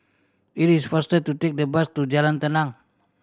it is faster to take the bus to Jalan Tenang